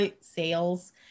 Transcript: Sales